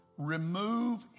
Remove